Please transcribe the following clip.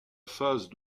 phase